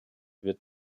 wird